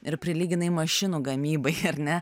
ir prilyginai mašinų gamybai ar ne